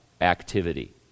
activity